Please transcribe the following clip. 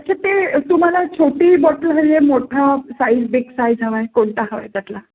अच्छा ते तुम्हाला छोटी बॉटल हवी आहे मोठा साईज बिग साईज हवा आहे कोणता हवा आहे त्यातला